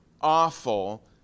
awful